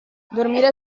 dormire